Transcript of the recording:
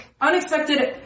unexpected